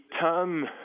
term